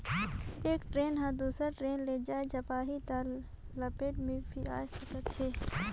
एक टरेन ह दुसर टरेन ले जाये झपाही त पलेट भी सकत हे